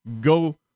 Go